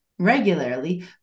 regularly